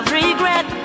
regret